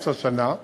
אמצע שנה,